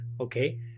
okay